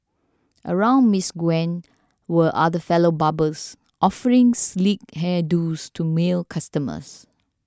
around Miss Gwen were other fellow barbers offering sleek hair do's to male customers